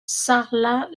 sarlat